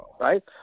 right